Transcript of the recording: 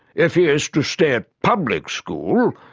if he is to stay at public school,